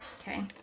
Okay